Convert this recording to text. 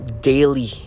daily